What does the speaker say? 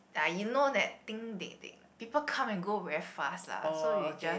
uh you know that thing they they people come and go very fast lah so you just